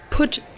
put